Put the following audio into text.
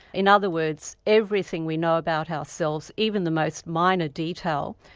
in other words, everything we know about ourselves, even the most minor detail,